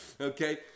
Okay